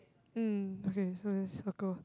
hmm okay so I just circle